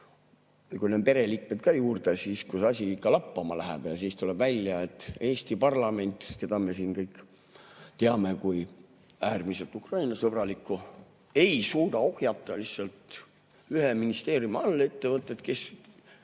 kui pereliikmed ka juurde [arvestada], siis see asi ikka lappama läheb. Ja siis tuleb välja, et Eesti parlament, keda me kõik teame kui äärmiselt Ukraina-sõbralikku, ei suuda ohjata lihtsalt ühe ministeeriumi allettevõtet, kes